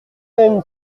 même